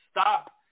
stop